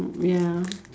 ya